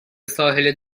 ساحل